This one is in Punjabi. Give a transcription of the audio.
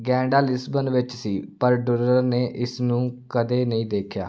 ਗੈਂਡਾ ਲਿਸਬਨ ਵਿੱਚ ਸੀ ਪਰ ਡੁਰਰ ਨੇ ਇਸ ਨੂੰ ਕਦੇ ਨਹੀਂ ਦੇਖਿਆ